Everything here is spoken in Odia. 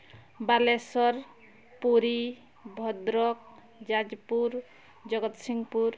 ବାଲେଶ୍ୱର ପୁରୀ ଭଦ୍ରକ ଯାଜପୁର ଜଗତସିଂପୁର